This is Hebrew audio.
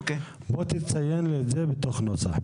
בוא תכניס את זה לתוך הנוסח.